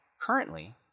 currently